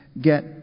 get